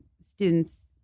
students